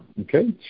okay